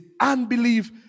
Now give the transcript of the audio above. unbelief